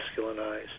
masculinized